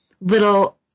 little